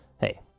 hey